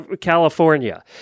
California